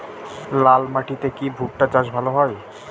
লাল মাটিতে কি ভুট্টা চাষ ভালো হয়?